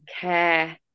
care